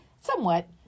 somewhat